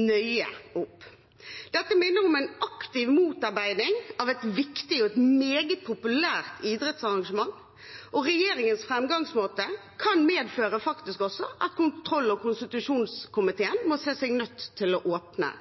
nøye opp. Dette minner om en aktiv motarbeiding av et viktig og meget populært idrettsarrangement, og regjeringens framgangsmåte kan faktisk også medføre at kontroll- og konstitusjonskomiteen må se seg nødt til å åpne